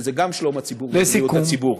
שזה גם שלום הציבור ובריאות הציבור.